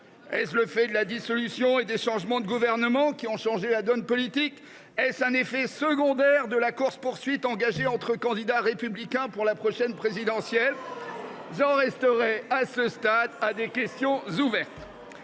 écouté ! Sont ce la dissolution et les changements de gouvernement qui ont changé la donne politique ? Est ce un effet secondaire de la course poursuite engagée entre candidats républicains pour la prochaine présidentielle ? J’en resterai, à ce stade, à des questions ouvertes.